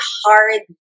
hard